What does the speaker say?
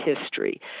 history